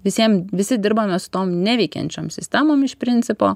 visiem visi dirbame su tom neveikiančiom sistemom iš principo